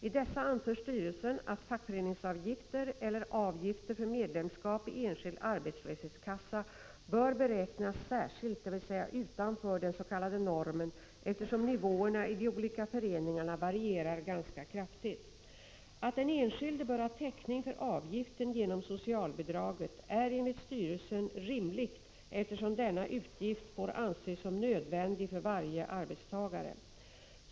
I dessa anför styrelsen att fackföreningsavgifter eller avgifter för medlemskap i enskild arbetslöshetskassa bör beräknas särskilt, dvs. utanför den s.k. normen, eftersom nivåerna i de olika föreningarna varierar ganska kraftigt. Att den enskilde bör ha täckning för avgiften genom socialbidraget är enligt styrelsen rimligt, eftersom denna utgift får anses som nödvändig för varje arbetstagare.